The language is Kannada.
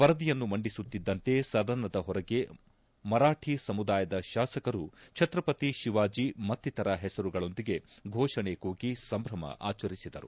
ವರದಿಯನ್ನು ಮಂಡಿಸುತ್ತಿದ್ದಂತೆ ಸದನದ ಹೊರಗೆ ಮರಾಠಿ ಸಮುದಾಯದ ಶಾಸಕರು ಛತ್ರಪತಿ ಶಿವಾಜಿ ಮತ್ತಿತರರ ಹೆಸರುಗಳೊಂದಿಗೆ ಫೋಷಣೆ ಕೂಗಿ ಸಂಭ್ರಮ ಆಚರಿಸಿದರು